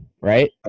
right